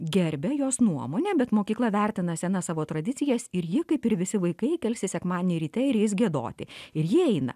gerbia jos nuomonę bet mokykla vertina senas savo tradicijas ir ji kaip ir visi vaikai kelsis sekmadienį ryte ir eis giedoti ir ji eina